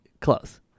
close